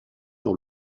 dans